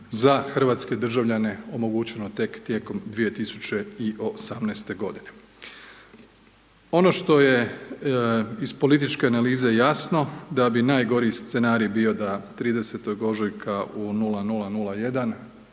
za hrvatske državljane omogućeno tek tijekom 2018. g. Ono što je iz političke analize jasno, da bi najgori scenarij bio da 30. ožujka u 00,01